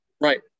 right